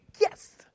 yes